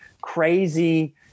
crazy